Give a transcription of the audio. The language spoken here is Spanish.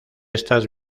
estas